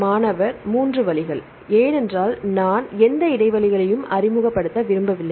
மாணவர் 3 வழிகள் ஏனென்றால் நான் எந்த இடைவெளிகளையும் அறிமுகப்படுத்த விரும்பவில்லை